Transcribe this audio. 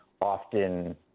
often